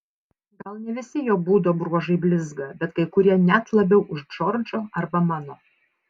gal ne visi jo būdo bruožai blizga bet kai kurie net labiau už džordžo arba mano